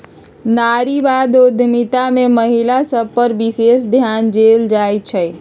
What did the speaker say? नारीवाद उद्यमिता में महिला सभ पर विशेष ध्यान देल जाइ छइ